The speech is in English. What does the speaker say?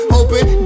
Hoping